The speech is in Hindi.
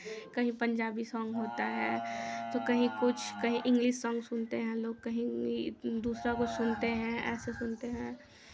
कहीं पंजाबी सॉन्ग होता है तो कहीं कुछ कहीं इंग्लिश सॉन्ग सुनते हैं लोग कहीं ये दूसरा कुछ सुनते हैं ऐसे सुनते हैं